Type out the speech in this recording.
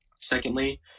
Secondly